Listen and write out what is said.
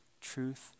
truth